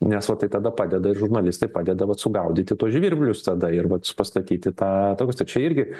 nes va tai tada padeda ir žurnalistai padeda vat sugaudyti tuos žvirblius tada ir vat pastatyti tą tokius tai čia irgi